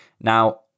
Now